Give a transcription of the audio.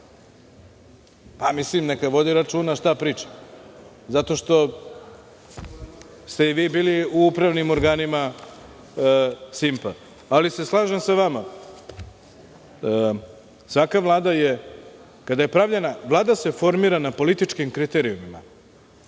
porez, neka vodi računa šta priča, zato što ste i vi bili u upravnim organima „Simpa“.Slažem se sa vama, svaka vlada je kada je pravljena, vlada se formira na političkim kriterijumima,